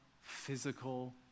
physical